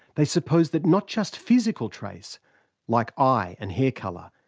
they supposed that not just physical traits like eye and hair colour,